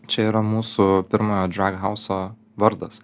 čia yra mūsų pirmojo drag hauso vardas